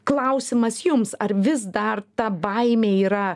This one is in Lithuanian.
klausimas jums ar vis dar ta baimė yra